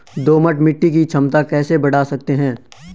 दोमट मिट्टी की क्षमता कैसे बड़ा सकते हैं?